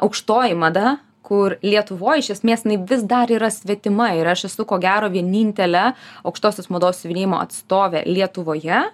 aukštoji mada kur lietuvoj iš esmės vis dar yra svetima ir aš esu ko gero vienintelė aukštosios mados judėjimo atstovė lietuvoje